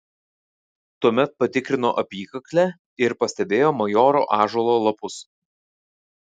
tuomet patikrino apykaklę ir pastebėjo majoro ąžuolo lapus